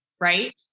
right